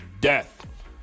death